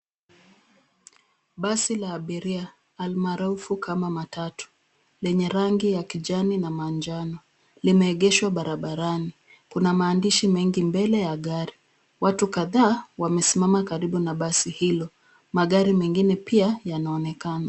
Basi la abiria almaarufu kama matatu lenye rangi ya kijani na manjano limeegeshwa barabarani. Kuna maandishi mengi mbele ya gari. Watu kadhaa wamesimama karibu na basi hilo. Magari mengine pia yanaonekana.